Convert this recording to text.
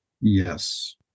yes